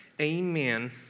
Amen